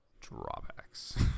drawbacks